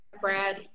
Brad